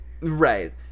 right